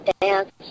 dance